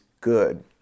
good